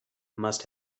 must